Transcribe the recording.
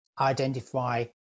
identify